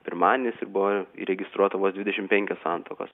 pirmadienis ir buvo įregistruota vos dvidešim penkios santuokos